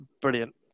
brilliant